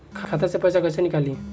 खाता से पैसा कैसे नीकली?